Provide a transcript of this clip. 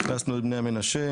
הכנסנו את בני המנשה,